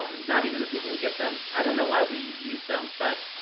not even the people who get them. i don't know why we use them. but